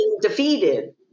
defeated